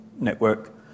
network